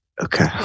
Okay